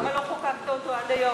מדינת ישראל, למה לא חוקקת אותו עד היום?